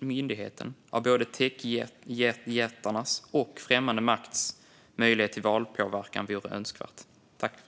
myndigheten av både techjättarnas och främmande makts möjlighet till valpåverkan är önskvärd?